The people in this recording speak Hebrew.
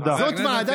זו ועדת